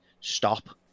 stop